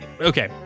Okay